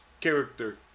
character